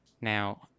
Now